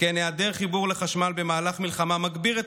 שכן היעדר חיבור לחשמל במהלך מלחמה מגביר את